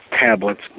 tablets